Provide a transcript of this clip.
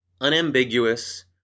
unambiguous